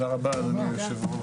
הישיבה